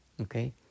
Okay